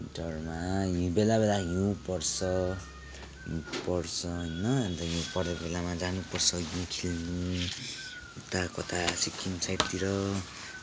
विन्टरमा बेला बेला हिउँ पर्छ पर्छ होइन अन्त हिउँ परेको बेलामा जानुपर्छ हिउँ खेल्नु उता कता सिक्किम साइडतिर